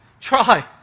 try